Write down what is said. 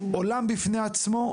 עולם בפני עצמו,